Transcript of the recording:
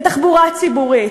בתחבורה ציבורית,